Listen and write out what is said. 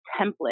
template